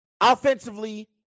Offensively